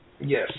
Yes